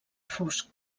fosc